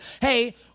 hey